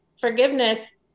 forgiveness